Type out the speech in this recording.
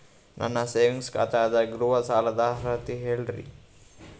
ನನ್ನ ಸೇವಿಂಗ್ಸ್ ಖಾತಾ ಅದ, ಗೃಹ ಸಾಲದ ಅರ್ಹತಿ ಹೇಳರಿ?